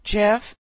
Jeff